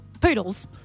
Poodles